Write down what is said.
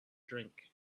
drink